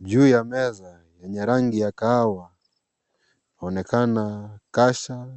Juu ya meza yenye rangi ya kahawa inaonekana kasha